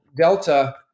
Delta